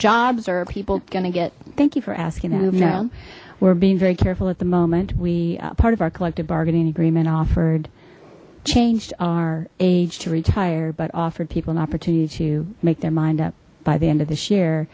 or are people gonna get thank you for asking them no we're being very careful at the moment we part of our collective bargaining agreement offered changed our age to retire but offered people an opportunity to make their mind up by the end of this year